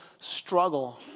struggle